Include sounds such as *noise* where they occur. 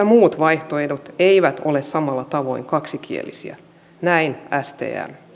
*unintelligible* muut vaihtoehdot eivät ole samalla tavoin kaksikielisiä näin stm